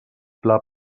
pla